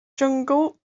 jyngl